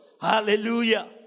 Hallelujah